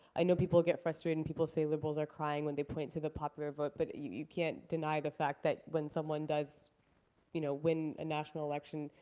i know people get frustrated and people say liberals are crying when they point to the popular vote, but you you can't deny the fact that when someone does you know win a national election,